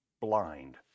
blind